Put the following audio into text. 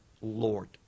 Lord